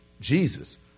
Jesus